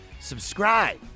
subscribe